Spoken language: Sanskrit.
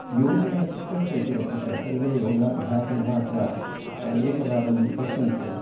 योगेन चित्तस्य इति वर्तते सर्वे योगाभ्यासिनः अत्र एकवारं पश्यन्तु